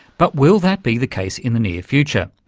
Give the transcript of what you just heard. but will that be the case in the near future?